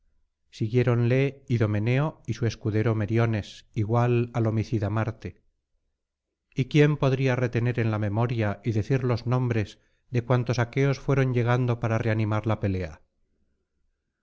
siguiéronle idomeneo y su escudero meriones igual al homicida marte y quién podría retener en la memoria y decir los nombres de cuantos aqueos fueron llegando para reanimar la pelea